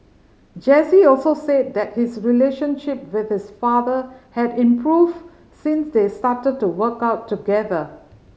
Jesse also said that his relationship with his father had improved since they started to work out together